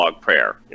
prayer